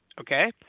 Okay